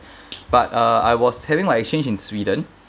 but uh I was having my exchange in sweden